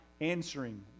answering